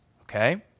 okay